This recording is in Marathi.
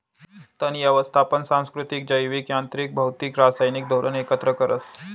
तण यवस्थापन सांस्कृतिक, जैविक, यांत्रिक, भौतिक, रासायनिक धोरण एकत्र करस